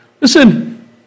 Listen